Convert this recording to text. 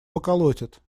поколотят